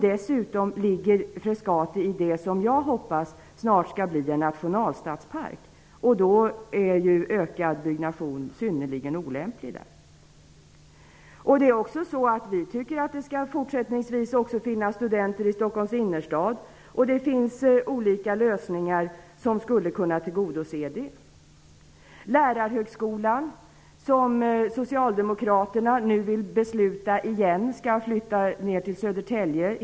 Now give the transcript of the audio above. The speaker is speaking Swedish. Dessutom ligger Frescati i det område som jag hoppas snart skall bli en nationalstadspark, och då är ju ökad byggnation synnerligen olämplig där. Vi tycker också att det fortsättningsvis skall finnas studenter i Stockholms innerstad, och det finns olika lösningar för att tillgodose det. Socialdemokraterna vill nu igen besluta att hela Lärarhögskolan skall flytta till Södertälje.